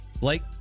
Blake